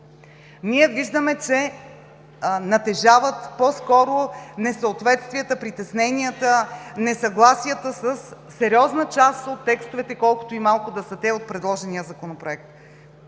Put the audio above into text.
виждаме, че натежават по-скоро несъответствията, притесненията, несъгласията със сериозна част от текстовете, колкото и малко да са те, от предложения Законопроект.